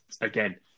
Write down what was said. again